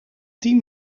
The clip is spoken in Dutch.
team